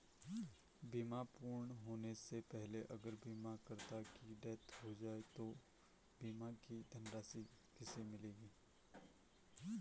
बीमा पूर्ण होने से पहले अगर बीमा करता की डेथ हो जाए तो बीमा की धनराशि किसे मिलेगी?